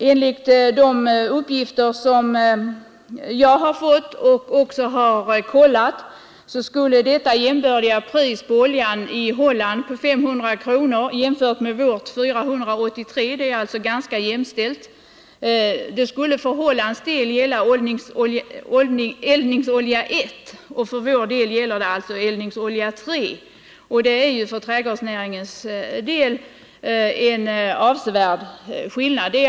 Enligt de uppgifter som jag har fått, och också har kollat, skulle detta jämbördiga pris på oljan i Holland på 505 kronor — jämfört med 483 hos oss — för Hollands del gälla eldningsolja I och för vår del eldningsolja 3. Det är för trädgårdsnäringens del en avsevärd skillnad.